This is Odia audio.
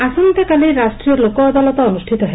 ଲୋକ ଅଦାଲତ ଆସନ୍ତାକାଲି ରାଷ୍ଟ୍ରୀୟ ଲୋକ ଅଦାଲତ ଅନୁଷ୍ପିତ ହେବ